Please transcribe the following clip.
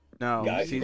No